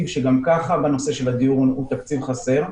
שגם ככה בנושא של הדיור הוא תקציב חסר.